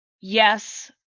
yes